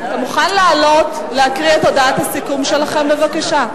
אתה מוכן לעלות להקריא את הודעת הסיכום שלכם בבקשה?